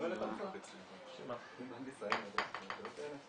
פנו אליך בכלל מבנק ישראל עם השאלות האלה?